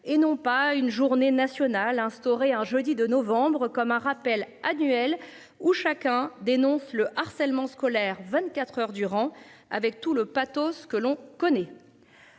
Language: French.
et non pas une journée nationale instauré un jeudi de novembre comme un rappel annuel où chacun dénonce le harcèlement scolaire, 24h durant, avec tout le pathos. Ce que l'on connaît.